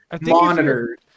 monitored